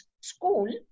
school